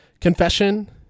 Confession